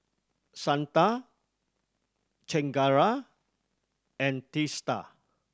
Santha Chengara and Teesta